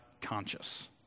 conscious